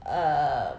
err